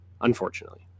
Unfortunately